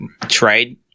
trade